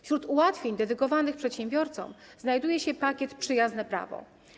Wśród ułatwień dedykowanych przedsiębiorcom znajduje się pakiet „Przyjazne prawo”